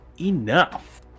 enough